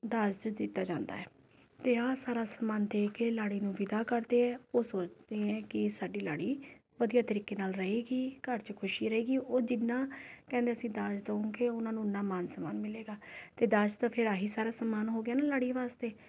ਦਾਜ ਦਿੱਤਾ ਜਾਂਦਾ ਹੈ ਅਤੇ ਆਹ ਸਾਰਾ ਸਮਾਨ ਦੇ ਕੇ ਲਾੜੀ ਨੂੰ ਵਿਦਾ ਕਰਦੇ ਹੈ ਉਹ ਸੋਚਦੇ ਹੈ ਕਿ ਸਾਡੀ ਲਾੜੀ ਵਧੀਆ ਤਰੀਕੇ ਨਾਲ ਰਹੇਗੀ ਘਰ 'ਚ ਖੁਸ਼ੀ ਰਹੇਗੀ ਉਹ ਜਿੰਨਾ ਕਹਿੰਦੇ ਅਸੀਂ ਉਹਨੂੰ ਦਾਜ ਦਉਗੇ ਉਨ੍ਹਾਂ ਨੂੰ ਓਨਾ ਮਾਨ ਸਨਮਾਨ ਮਿਲੇਗਾ ਅਤੇ ਦਾਜ ਤਾਂ ਫਿਰ ਇਹੀ ਸਾਰਾ ਸਮਾਨ ਹੋ ਗਿਆ ਨਾ ਲਾੜੀ ਵਾਸਤੇ